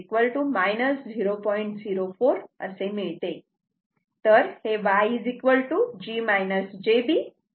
04 असे मिळते